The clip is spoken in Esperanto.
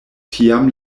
tiam